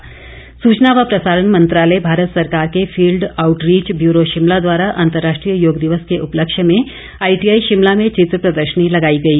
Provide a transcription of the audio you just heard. चित्र प्रदर्शनी सूचना व प्रसारण मंत्रालय भारत सरकार के फील्ड आउटरीच ब्यूरो शिमला द्वारा अंतर्राष्ट्रीय योग दिवस के उपलक्ष्य में आईटीआई शिमला में चित्र प्रदर्शनी लगाई गई